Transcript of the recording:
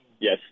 Yes